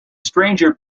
stranger